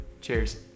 cheers